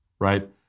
Right